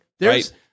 Right